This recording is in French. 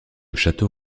château